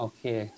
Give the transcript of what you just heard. Okay